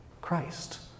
Christ